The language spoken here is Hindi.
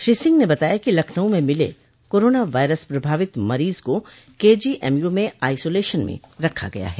श्री सिंह ने बताया कि लखनऊ में मिले कोरोना वायरस प्रभावित मरीज को केजीएमयू में आइसोलेशन में रखा गया है